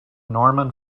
norman